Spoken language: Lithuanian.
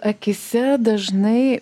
akyse dažnai